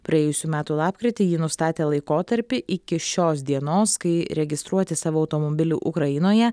praėjusių metų lapkritį ji nustatė laikotarpį iki šios dienos kai registruoti savo automobilį ukrainoje